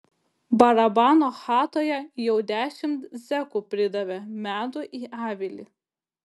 barabano chatoje jau dešimt zekų pridavė medų į avilį